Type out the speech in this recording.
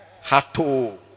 Hato